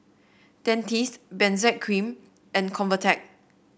Dentiste Benzac Cream and Convatec